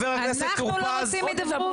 אנחנו לא רוצים שום הידברות?